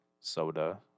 soda